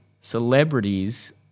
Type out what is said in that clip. celebrities